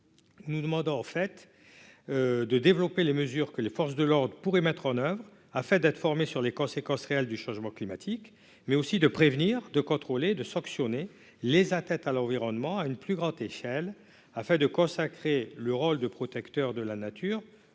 tend donc à développer les mesures que les forces de l'ordre pourraient mettre en oeuvre afin d'être formées sur les conséquences réelles du changement climatique, mais aussi afin de prévenir, contrôler et sanctionner les atteintes à l'environnement à une plus grande échelle, et de consacrer ainsi le rôle de protecteur de la nature